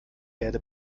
erde